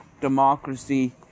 democracy